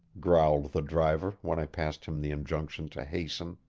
growled the driver when i passed him the injunction to hasten.